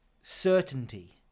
certainty